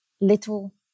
little